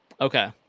Okay